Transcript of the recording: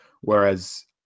Whereas